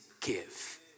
give